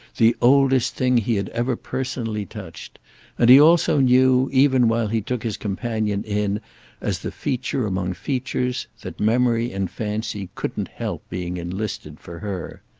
the oldest thing he had ever personally touched and he also knew, even while he took his companion in as the feature among features, that memory and fancy couldn't help being enlisted for her.